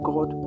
God